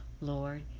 Lord